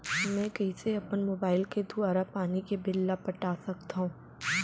मैं कइसे अपन मोबाइल के दुवारा पानी के बिल ल पटा सकथव?